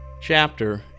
Chapter